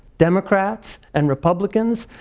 democrats and republicans.